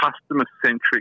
customer-centric